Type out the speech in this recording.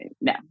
No